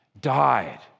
died